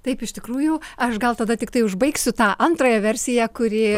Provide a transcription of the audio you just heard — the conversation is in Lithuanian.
taip iš tikrųjų aš gal tada tiktai užbaigsiu tą antrąją versiją kuri